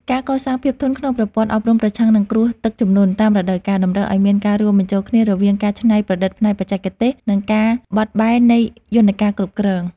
ការកសាងភាពធន់ក្នុងប្រព័ន្ធអប់រំប្រឆាំងនឹងគ្រោះទឹកជំនន់តាមរដូវកាល តម្រូវឱ្យមានការរួមបញ្ចូលគ្នារវាងការច្នៃប្រឌិតផ្នែកបច្ចេកទេស និងការបត់បែននៃយន្តការគ្រប់គ្រង។